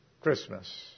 Christmas